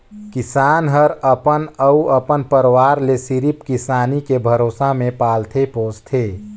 किसान हर अपन अउ अपन परवार ले सिरिफ किसानी के भरोसा मे पालथे पोसथे